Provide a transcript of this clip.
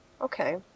Okay